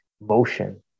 motion